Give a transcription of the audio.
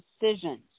decisions